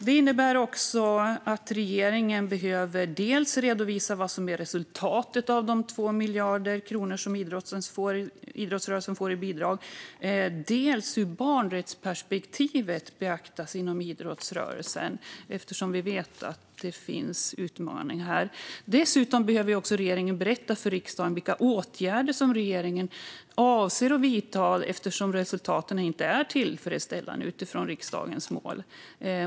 Detta innebär att regeringen behöver redovisa dels resultatet av de 2 miljarder kronor som idrottsrörelsen får i bidrag, dels hur barnrättsperspektivet beaktas inom idrottsrörelsen, eftersom vi vet att det finns utmaningar där. Regeringen behöver dessutom berätta för riksdagen vilka åtgärder som regeringen avser att vidta eftersom resultaten inte är tillfredsställande utifrån riksdagens mål.